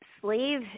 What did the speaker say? Slave